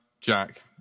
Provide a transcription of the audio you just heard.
Jack